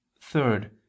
Third